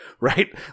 right